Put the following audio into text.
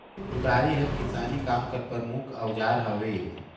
कुदारी हर किसानी काम कर परमुख अउजार हवे